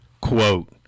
quote